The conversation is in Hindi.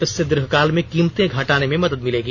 इससे दीर्घकाल में कीमतें घटाने में मदद मिलेगी